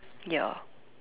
ya